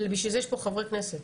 בשביל זה יש פה חברי כנסת.